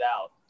out